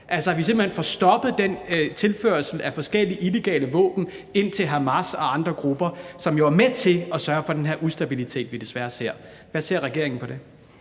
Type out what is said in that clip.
sådan at vi simpelt hen får stoppet den tilførsel af forskellige illegale våben til Hamas og andre grupper, som jo er med til at sørge for, at den her ustabilitet, vi desværre ser, kan fortsætte. Hvordan ser regeringen på det?